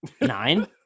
Nine